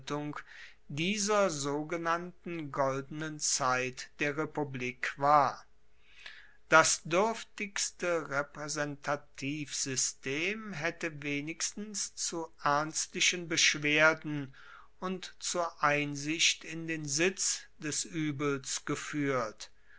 dieser sogenannten goldenen zeit der republik war das duerftigste repraesentativsystem haette wenigstens zu ernstlichen beschwerden und zur einsicht in den sitz des uebels gefuehrt